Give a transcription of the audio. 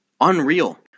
Unreal